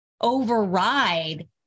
override